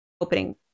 opening